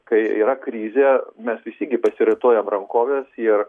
kai yra krizė mes visi gi pasiraitojom rankoves ir